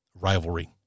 rivalry